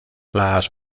las